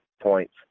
points